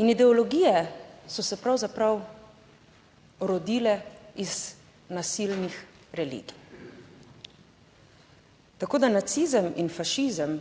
in ideologije so se pravzaprav rodile iz nasilnih religij. Tako, da nacizem in fašizem